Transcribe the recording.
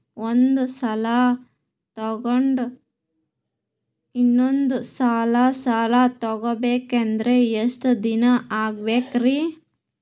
ಒಂದ್ಸಲ ಸಾಲ ತಗೊಂಡು ಇನ್ನೊಂದ್ ಸಲ ಸಾಲ ತಗೊಬೇಕಂದ್ರೆ ಎಷ್ಟ್ ದಿನ ಕಾಯ್ಬೇಕ್ರಿ?